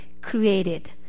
created